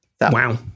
Wow